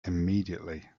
immediately